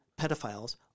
pedophiles